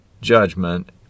judgment